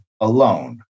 alone